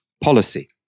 policy